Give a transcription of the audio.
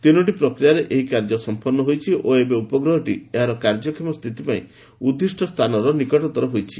ତିନୋଟି ପ୍ରକ୍ରିୟାରେ ଏହି କାର୍ଯ୍ୟ ସମ୍ପନ୍ନ ହୋଇଛି ଓ ଏବେ ଉପଗ୍ରହଟି ଏହାର କାର୍ଯ୍ୟକ୍ଷମ ସ୍ଥିତି ପାଇଁ ଉଦ୍ଦିଷ୍ଟ ସ୍ଥାନର ନିକଟତର ହୋଇଛି